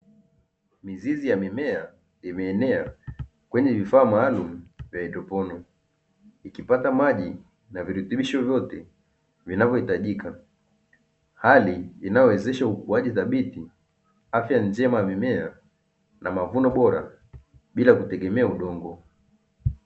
Mizizi ya mimea imeenea kwenye vifaa maalum vya hydroponi ikipata maji na virutubisho vyote vinavyohitajika. Hali inayowezesha ukuaji thabiti afya njema ya mimea na mavuno bora bila kutegemea udongo.